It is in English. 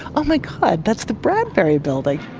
oh my god, that's the bradbury building.